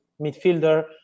midfielder